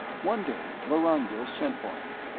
one day vorongil sent for him.